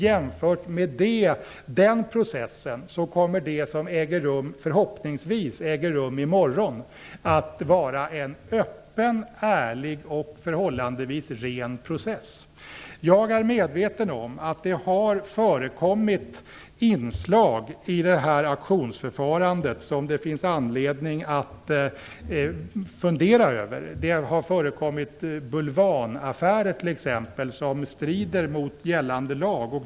Jämfört med den processen kommer det som förhoppningsvis äger rum i morgon att vara en öppen, ärlig och förhållandevis ren process. Jag är medveten om att det har förekommit inslag i detta auktionsförfarande som det finns anledning att fundera över. Det har förekommit bulvanaffärer t.ex., som strider mot gällande lag.